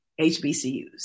HBCUs